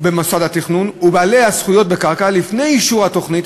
במוסד התכנון ובעלי הזכויות בקרקע לפני אישור התוכנית,